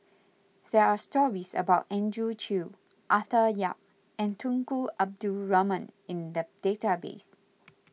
there are stories about Andrew Chew Arthur Yap and Tunku Abdul Rahman in the database